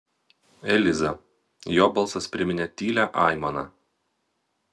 eliza jo balsas priminė tylią aimaną